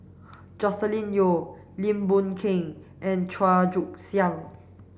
Joscelin Yeo Lim Boon Keng and Chua Joon Siang